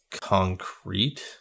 concrete